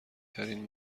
ترین